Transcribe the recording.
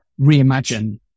reimagine